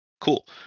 Cool